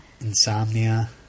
Insomnia